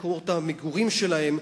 מקומות המגורים שלהם,